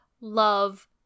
love